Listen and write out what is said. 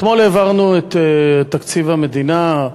אתמול העברנו את תקציב המדינה,